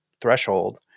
threshold